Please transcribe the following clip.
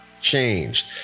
changed